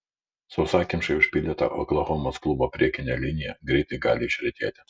sausakimšai užpildyta oklahomos klubo priekinė linija greitai gali išretėti